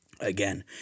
again